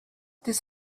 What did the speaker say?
this